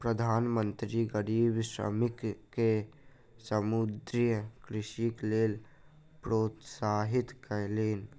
प्रधान मंत्री गरीब श्रमिक के समुद्रीय कृषिक लेल प्रोत्साहित कयलैन